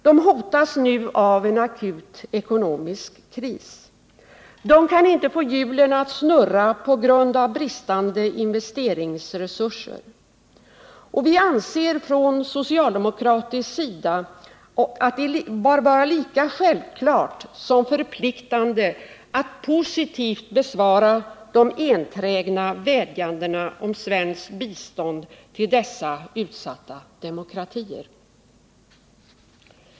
De hotas nu av en akut ekonomisk kris. De kan inte få hjulen att snurra på grund av bristande investeringsresurser. Vi anser från socialdemokratisk sida att det är lika självklart som förpliktande att positivt besvara de enträgna vädjandena om svenskt bistånd till dessa utsatta demokratier.